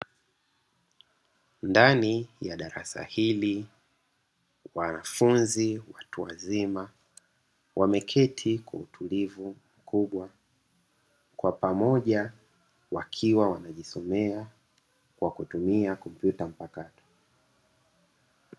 Ndani ya darasa hili wanafunzi watu wazima, wameketi kwa utulivu mkubwa kwa pamoja wakiwa wanajisomea kwa kutumia kompyuta mpakato.